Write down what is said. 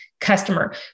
customer